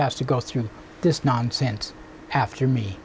has to go through this nonsense after me